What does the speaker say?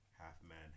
half-man